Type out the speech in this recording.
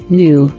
new